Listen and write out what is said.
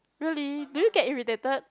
really do you get irritated